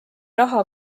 raha